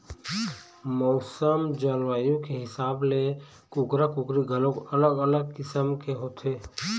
मउसम, जलवायु के हिसाब ले कुकरा, कुकरी घलोक अलग अलग किसम के होथे